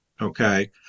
okay